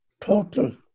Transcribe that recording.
total